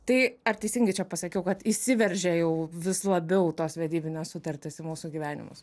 tai ar teisingai čia pasakiau kad įsiveržia jau vis labiau tos vedybinės sutartys į mūsų gyvenimus